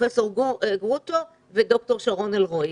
פרופסור גרוטו ודוקטור שרון אלרעי.